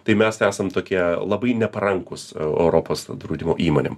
tai mes esam tokie labai neparankūs europos draudimo įmonėm